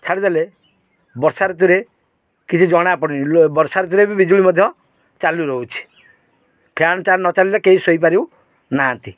ଛାଡ଼ିଦେଲେ ବର୍ଷା ଋତୁରେ କିଛି ଜଣା ପଡ଼ିନି ବର୍ଷା ଋତୁରେ ବି ବିଜୁଳି ମଧ୍ୟ ଚାଲୁ ରହୁଛି ଫ୍ୟାନ୍ ଚାଲୁ ନ ଚାଲିଲେ କେହି ଶୋଇପାରୁନାହାନ୍ତି